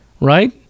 right